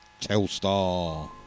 Telstar